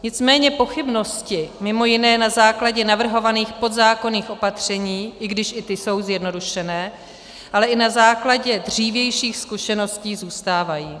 Nicméně pochybnosti, mj. na základě navrhovaných podzákonných opatření, i když i ty jsou zjednodušené, ale i na základě dřívějších zkušeností zůstávají.